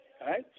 Right